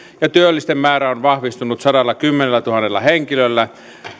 ja työllisten määrä on vahvistunut sadallakymmenellätuhannella henkilöllä